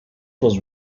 was